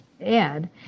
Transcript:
add